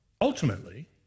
Ultimately